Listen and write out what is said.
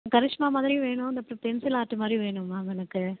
கரிஷ்மா மாதிரியும் வேணும் இந்த பென்சில் ஆர்ட் மாதிரியும் வேணும் மேம் எனக்கு